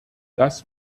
das